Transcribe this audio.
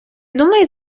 думаю